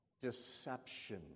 deception